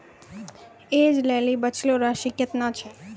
ऐज लेली बचलो राशि केतना छै?